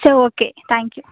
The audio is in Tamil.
சரி ஓகே தேங்க்யூ